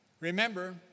Remember